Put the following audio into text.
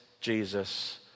Jesus